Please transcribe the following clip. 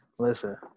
Listen